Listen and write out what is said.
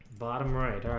bottom right